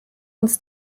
uns